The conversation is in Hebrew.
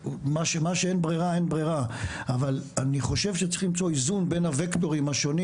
אני חושב שצריך למצוא איזון בין הווקטורים השונים